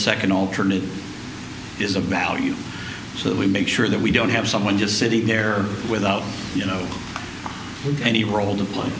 second alternative is of value so that we make sure that we don't have someone just sitting there without you know any role to play